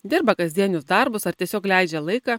dirba kasdienius darbus ar tiesiog leidžia laiką